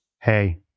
hey